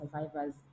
survivors